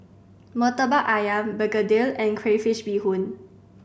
Murtabak Ayam begedil and crayfish beehoon